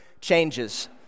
changes